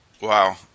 Wow